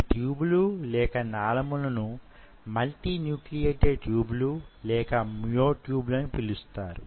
ఈ ట్యూబ్ లు లేక నాళములు ను మల్టిన్యూక్లియేటెడ్ ట్యూబ్ లు లేక మ్యో ట్యూబ్ లు అని పిలుస్తారు